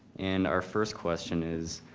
and our first question is,